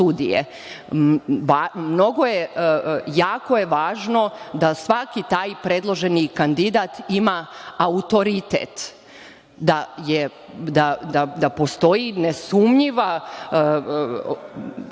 sudije. Jako je važno da svaki taj predloženi kandidat ima autoritet, da postoji nesumnjiva ocena,